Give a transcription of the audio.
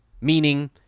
Meaning